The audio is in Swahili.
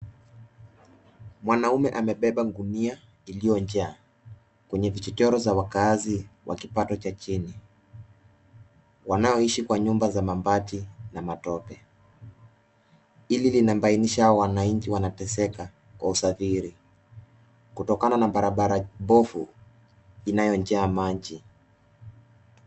Mwanaume amebeba gunia iliyojaa kwenye vichochoro za wakaazi wa kipato cha chini, wanaoishi kwa nyumba za mabati na matope. Hili linabainisha hawa wananchi wanateseka kwa usafiri kutokana na barabara mbovu inayojaa maji.